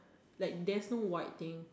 like there's no white thing